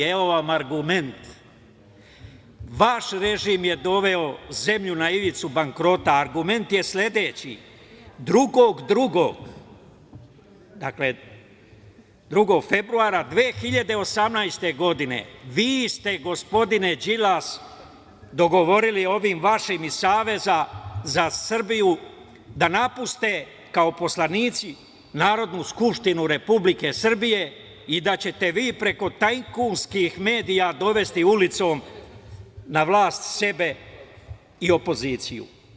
Evo vam argument, vaš režim je doveo zemlju na ivicu bankrota, a argument je sledeći - 2. februara 2018. godine vi ste, gospodine Đilas, dogovorili sa ovim vašim iz Saveza za Srbiju da napuste kao poslanici Narodnu skupštinu Republike Srbije i da ćete vi preko tajkunskih medija dovesti ulicom na vlast sebe i opoziciju.